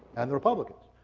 and the republicans.